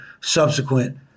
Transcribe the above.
subsequent